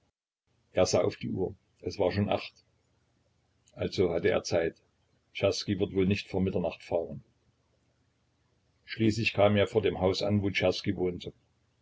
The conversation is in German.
er sah auf die uhr es war schon acht also hatte er zeit czerski wird wohl nicht vor mitternacht fahren schließlich kam er vor dem haus an wo czerski wohnte